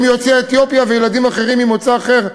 יוצאי אתיופיה וילדים אחרים ממוצא אחר,